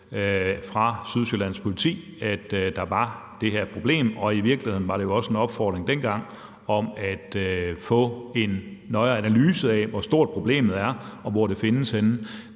af Sydsjællands Politi, at der var det her problem. I virkeligheden var der jo dengang også en opfordring om at få en nøjere analyse af, hvor stort problemet er, og hvor det findes henne.